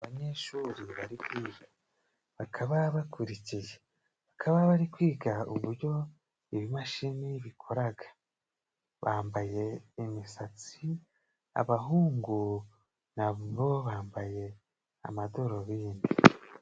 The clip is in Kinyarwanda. Abanyeshuri bari kwiga, bakaba bakurikiye bakaba bari kwiga uburyo ibimashini bikoraga, bambaye imisatsi abahungu ntabwo bambaye amadorubindi.